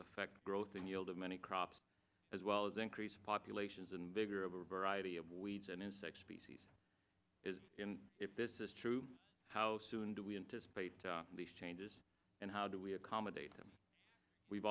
affect growth in yield of many crops as well as increased populations and bigger of a variety of weeds and insect species is in if this is true how soon do we anticipate these changes and how do we accommodate them we've